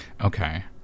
Okay